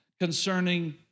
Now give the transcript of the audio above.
concerning